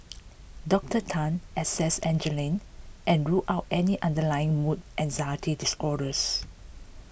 Doctor Tan assessed Angeline and ruled out any underlying mood anxiety disorders